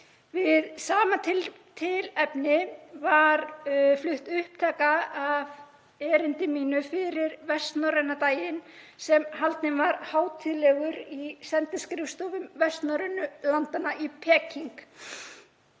Við sama tilefni var flutt upptaka af erindi mínu fyrir vestnorræna daginn sem haldinn var hátíðlegur í sendiskrifstofum vestnorrænu landanna í Peking.